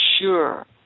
sure